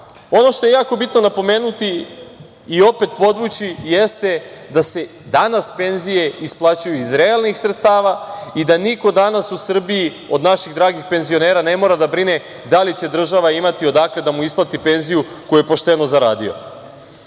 što je jako bitno napomenuti i opet podvući jeste da se danas penzije isplaćuju iz realnih sredstava i da niko danas u Srbiji od naših dragih penzionera ne mora da brine da li će država imati odakle da im isplati penziju koju je pošteno zaradio. Kada